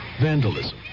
vandalism